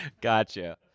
Gotcha